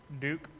Duke-